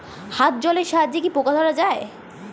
হাত জলের সাহায্যে কি পোকা ধরা যায়?